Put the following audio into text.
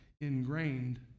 ingrained